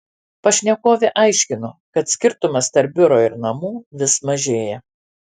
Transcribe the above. pašnekovė aiškino kad skirtumas tarp biuro ir namų vis mažėja